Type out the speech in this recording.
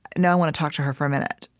no, i want to talk to her for a minute,